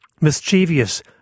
mischievous